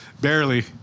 barely